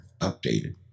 updated